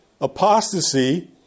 apostasy